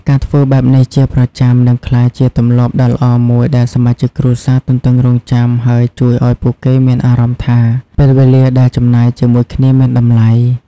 ការធ្វើបែបនេះជាប្រចាំ នឹងក្លាយជាទម្លាប់ដ៏ល្អមួយដែលសមាជិកគ្រួសារទន្ទឹងរង់ចាំ ហើយជួយឱ្យពួកគេមានអារម្មណ៍ថា ពេលវេលាដែលចំណាយជាមួយគ្នាមានតម្លៃ ។